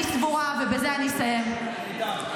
אני סבורה, ובזה אני אסיים -- נהדר.